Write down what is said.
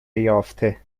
یافته